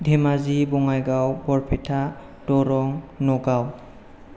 Dhemaji Bongaigaon Barpeta Darrang Nagaon